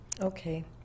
Okay